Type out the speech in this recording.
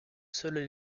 seules